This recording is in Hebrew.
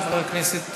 חבר הכנסת